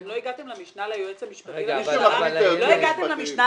לא הגעתם למשנה ליועץ המשפטי לממשלה -- מי שמחליט זה היועצים המשפטיים.